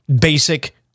basic